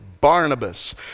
Barnabas